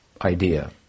idea